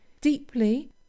deeply